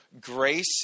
grace